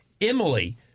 Emily